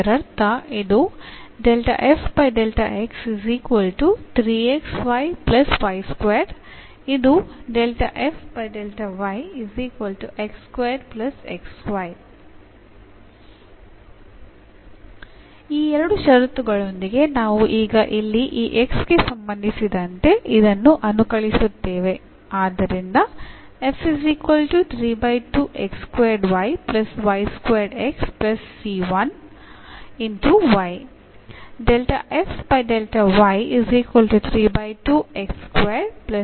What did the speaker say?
ಇದರರ್ಥ ಇದು ಈ ಎರಡು ಷರತ್ತುಗಳೊಂದಿಗೆ ನಾವು ಈಗ ಇಲ್ಲಿ ಈ x ಗೆ ಸಂಬಂಧಿಸಿದಂತೆ ಇದನ್ನು ಅನುಕಲಿಸುತ್ತೇವೆ